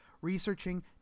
Researching